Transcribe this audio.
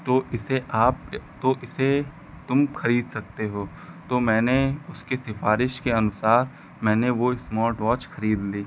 तो इसे आप तो इसे तुम खरीद सकते हो तो मैंने उसके सिफारिश के अनुसार मैंने वह इस्मार्टवाच खरीद ली